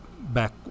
back